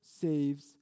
saves